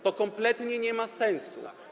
To kompletnie nie ma sensu.